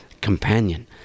companion